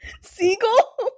Seagull